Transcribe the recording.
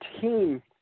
team